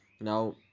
Now